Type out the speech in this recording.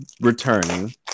returning